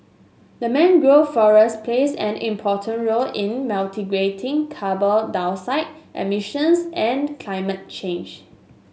the mangrove forest plays an important role in mitigating carbon dioxide emissions and climate change